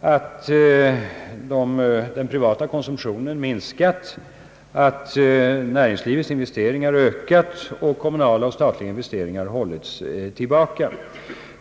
att den privata konsumtionen minskat, att näringslivets investeringar ökat och att kommunala och statliga investeringar hållits tillbaka.